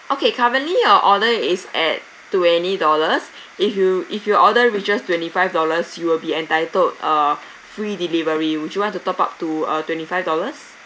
okay currently your order is at twenty dollars if you if your order reaches twenty five dollars you'll be entitled a free delivery would you want to top up to uh twenty five dollars